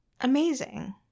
amazing